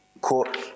court